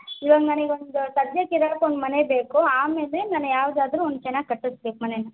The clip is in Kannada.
ಇವಾಗ ನನಿಗೆ ಒಂದು ಸದ್ಯಕ್ಕೆ ಇರಕ್ಕೆ ಒಂದು ಮನೆ ಬೇಕು ಆಮೇಲೆ ನಾನು ಯಾವುದಾದ್ರು ಒಂದು ಚೆನ್ನಾಗಿ ಕಟ್ಟಸ್ಬೇಕು ಮನೇನ